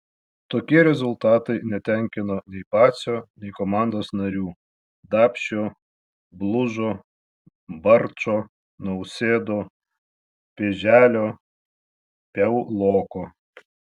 tokie rezultatai netenkino nei bacio nei komandos narių dapšio blužo barčo nausėdo pėželio piauloko